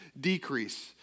decrease